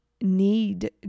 need